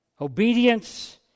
Obedience